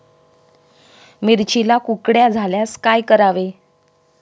मिरचीला कुकड्या झाल्यास काय करावे?